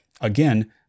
again